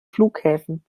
flughäfen